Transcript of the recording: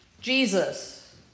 Jesus